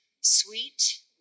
sweet